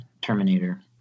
Terminator